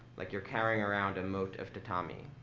like you're carrying around a mote of tatami,